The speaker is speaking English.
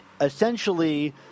essentially